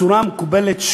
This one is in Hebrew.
בצורה מקובלת,